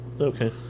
okay